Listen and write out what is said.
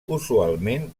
usualment